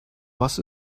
was